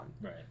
Right